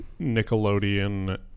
Nickelodeon